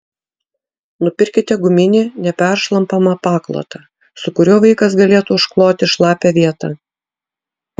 nupirkite guminį neperšlampamą paklotą su kuriuo vaikas galėtų užkloti šlapią vietą